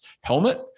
helmet